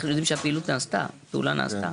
איך יודעים שהפעילות או הפעולה נעשתה?